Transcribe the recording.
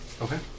Okay